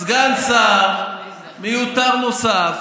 סגן שר מיותר נוסף,